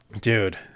Dude